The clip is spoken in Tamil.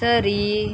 சரி